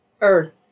earth